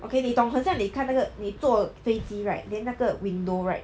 okay 你懂很像你看那个你做飞机 right then 那个 window right